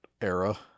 era